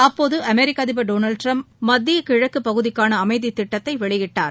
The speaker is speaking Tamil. அப்போது அமெரிக்க அதிபர் திரு டொனால்டு டிரம்ப் மத்திய கிழக்கு பகுதிக்கான அமைதி திட்டத்தை வெளியிட்டார்